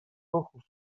ruchów